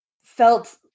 felt